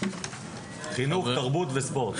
חינוך תרבות וספורט,